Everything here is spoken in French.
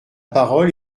parole